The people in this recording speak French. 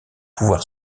pouvoir